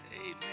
amen